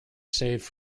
saved